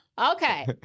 Okay